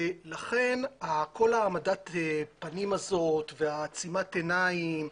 לכן כל העמדת הפנים הזאת ועצימת העיניים,